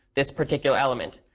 this particular element,